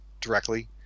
directly